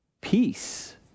Peace